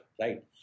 right